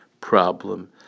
problem